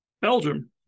Belgium